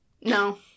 No